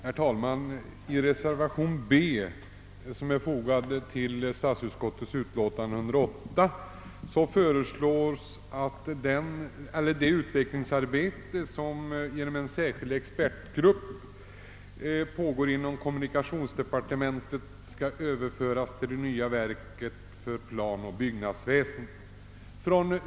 Herr talman! I reservation b, som är fogad till statsutskottets utlåtande nr 108, föreslås att det utvecklingsarbete som av en särskild expertgrupp utförs inom kommunikationsdepartementet överförs till det nya verket för planoch byggnadsväsendet.